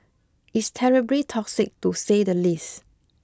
it's terribly toxic to say the least